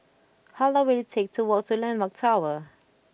how long will it take to walk to Landmark Tower